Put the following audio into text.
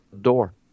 door